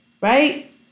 Right